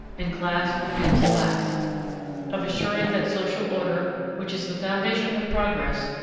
and class against class of assuring that social order which is the foundation of progress,